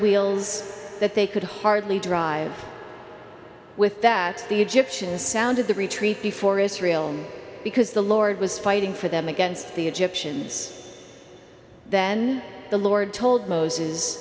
wheels that they could hardly drive with that the egyptians sounded the retreat before israel because the lord was fighting for them against the egyptians then the lord told moses